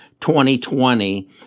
2020